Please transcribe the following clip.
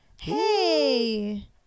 Hey